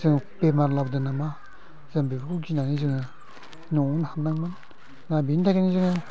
जोंनाव बेमार लाबोदों नामा जों बेखौ गिनानै जोङो न'आव हाबनांगौमोन दा बिनि थाखायनो जोङो